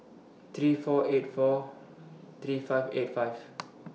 three four eight four three five eight five